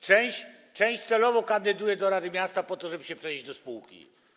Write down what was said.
Część celowo kandyduje do rady miasta po to, żeby się przenieść do spółki.